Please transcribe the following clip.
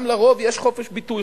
גם לרוב יש חופש ביטוי,